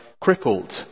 crippled